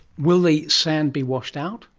will the sand be washed out?